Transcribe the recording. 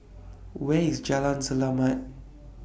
Where IS Jalan Selamat